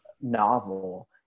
novel